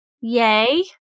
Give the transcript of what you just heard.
yay